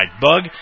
bug